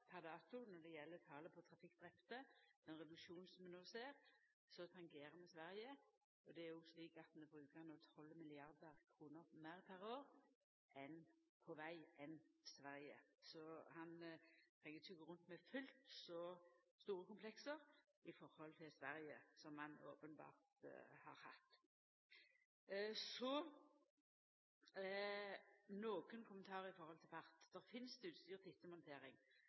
per dato når det gjeld talet på drepne i trafikken – den reduksjonen som vi no ser – så tangerer vi Sverige. Det er òg slik at vi per år bruker 12 mrd. kr meir på veg enn Sverige. Så han treng ikkje gå rundt med fullt så store kompleks i forhold til Sverige som han openbert har hatt. Så nokre kommentarar om fart. Det finst